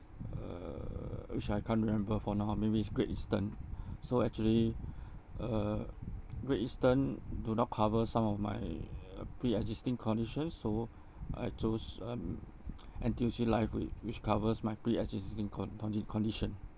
uh which I can't remember for now maybe is great eastern so actually uh great eastern do not cover some of my uh pre-existing conditions so I chose um N_T_U_C life which which covers my pre-existing con~ condi~ condition